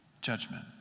Judgment